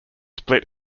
split